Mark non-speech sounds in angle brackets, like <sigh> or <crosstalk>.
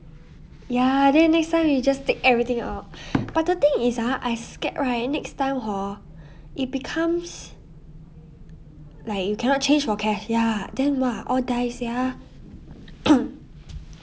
ya then you next time you just take everything out but the thing is ah I scared right next time hor it becomes like you cannot change for cash ya then !wah! all die sia <coughs>